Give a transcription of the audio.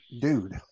dude